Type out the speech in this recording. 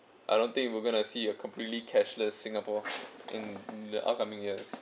I don't think we're gonna see a completely cashless singapore in the upcoming years